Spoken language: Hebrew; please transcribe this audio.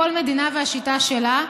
כל מדינה והשיטה שלה,